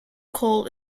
coal